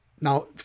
Now